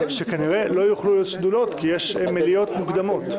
וכנראה לא יוכלו להיות שדולות כי יש מליאות מוקדמות.